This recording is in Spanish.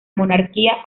monarquía